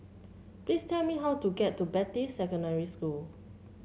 please tell me how to get to Beatty Secondary School